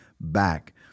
back